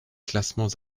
classements